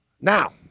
Now